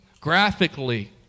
graphically